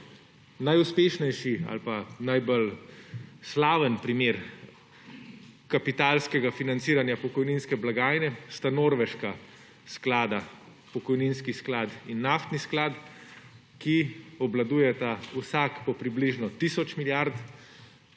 Najuspešnejši ali pa najbolj slaven primer kapitalskega financiranja pokojninske blagajne sta norveška sklada, pokojninski sklad in naftni sklad, ki obvladujeta vsak približno tisoč milijard